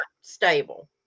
stable